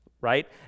right